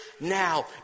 now